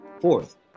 Fourth